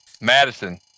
Madison